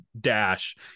dash